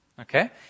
Okay